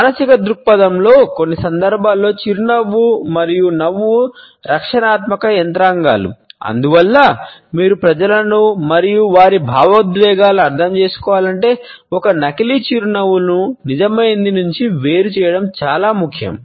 మానసిక దృక్పథంలో కొన్ని సందర్భాల్లో చిరునవ్వు మరియు నవ్వు రక్షణాత్మక యంత్రాంగాలు అందువల్ల మీరు ప్రజలను మరియు వారి భావోద్వేగాలను అర్థం చేసుకోవాలంటే ఒక నకిలీ చిరునవ్వును నిజమైనది నుండి వేరు చేయడం చాలా ముఖ్యం